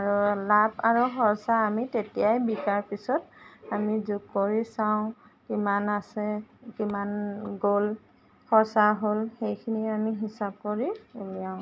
আৰু লাভ আৰু খৰচা আমি তেতিয়াই বিকাৰ পিছত আমি যোগ কৰি চাওঁ কিমান আছে কিমান গ'ল খৰচা হ'ল সেইখিনি আমি হিচাপ কৰি উলিয়াও